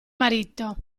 marito